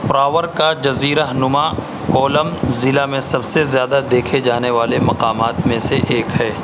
پروور کا جزیرہ نما کولم ضلع میں سب سے زیادہ دیکھے جانے والے مقامات میں سے ایک ہے